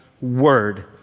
word